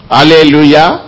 Hallelujah